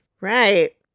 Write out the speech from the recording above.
right